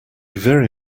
very